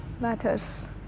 matters